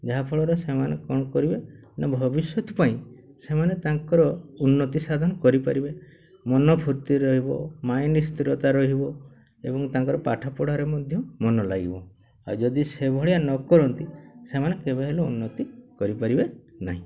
ଯାହାଫଳରେ ସେମାନେ କ'ଣ କରିବେ ନା ଭବିଷ୍ୟତ ପାଇଁ ସେମାନେ ତାଙ୍କର ଉନ୍ନତି ସାଧନ କରିପାରିବେ ମନ ଫୁର୍ତ୍ତି ରହିବ ମାଇଣ୍ଡ ସ୍ଥିରତା ରହିବ ଏବଂ ତାଙ୍କର ପାଠପଢ଼ାରେ ମଧ୍ୟ ମନ ଲାଗିବ ଆଉ ଯଦି ସେଭଳିଆ ନ କରନ୍ତି ସେମାନେ କେବେ ହେଲେ ଉନ୍ନତି କରିପାରିବେ ନାହିଁ